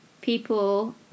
people